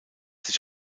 sich